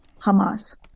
Hamas